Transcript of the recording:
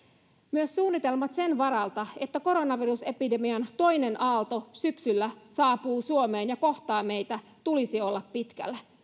myös suunnitelmien sen varalta että koronavirusepidemian toinen aalto syksyllä saapuu suomeen ja kohtaa meitä tulisi olla pitkällä